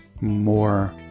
more